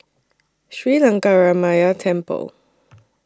Sri Lankaramaya Temple